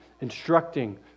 instructing